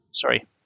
Sorry